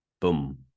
boom